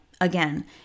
Again